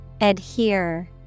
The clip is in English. Adhere